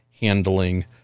handling